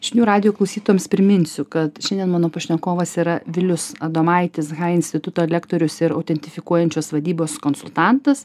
žinių radijo klausytojams priminsiu kad šiandien mano pašnekovas yra vilius adomaitis hai instituto lektorius ir autentifikuojančios vadybos konsultantas